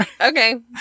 Okay